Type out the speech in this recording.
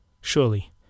Surely